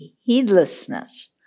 heedlessness